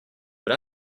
but